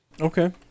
Okay